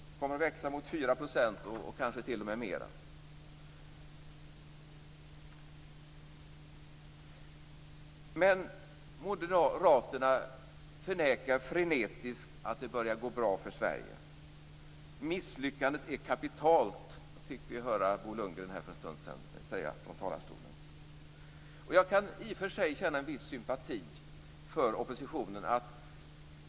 Det kommer att växa mot 4 %, och kanske t.o.m. mera. Moderaterna förnekar frenetiskt att det börjar gå bra för Sverige. Misslyckandet är kapitalt, fick vi höra Bo Lundgren säga från talarstolen för en stund sedan. Jag kan i och för sig känna en viss sympati för oppositionen.